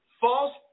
False